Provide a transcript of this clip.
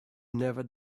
never